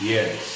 Yes